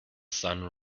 sun